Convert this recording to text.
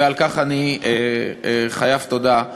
ועל כך אני חייב תודה,